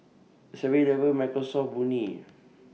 Seven Eleven Microsoft Burnie